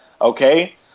Okay